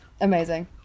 Amazing